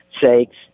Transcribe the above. sakes